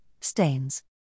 stains